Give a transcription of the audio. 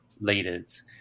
leaders